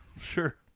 Sure